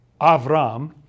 Avram